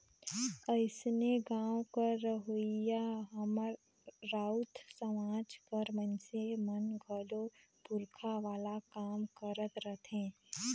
अइसने गाँव कर रहोइया हमर राउत समाज कर मइनसे मन घलो पूरखा वाला काम करत रहथें